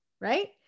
right